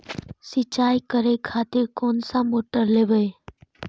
सीचाई करें खातिर कोन सा मोटर लेबे?